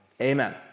amen